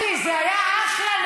זה היה יפה.